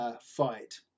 fight